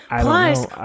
Plus